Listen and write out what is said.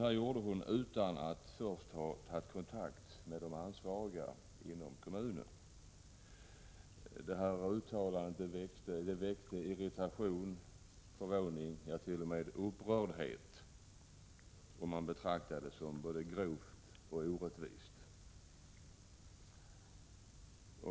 Hon gjorde detta uttalande utan att först ha tagit kontakt med de ansvariga inom kommunen. Uttalandet väckte irritation, förvåning, ja, t.o.m. upprördhet. Man betraktade det som både grovt och orättvist.